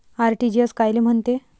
RTGS कायले म्हनते?